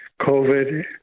covid